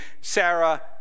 Sarah